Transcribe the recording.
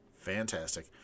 fantastic